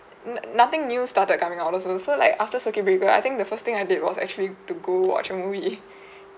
n~ nothing new started coming out all of the sudden so like after circuit breaker I think the first thing I did was actually to go watch a movie